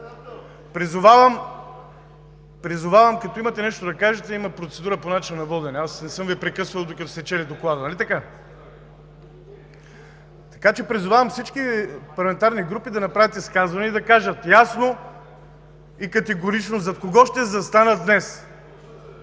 АНГЕЛОВ: Ако имате нещо да кажете, има процедура по начина на водене, аз не съм Ви прекъсвал, докато сте чели Доклада, нали така? Така че призовавам всички парламентарни групи да направят изказвания и да кажат ясно и категорично зад кого ще застанат днес.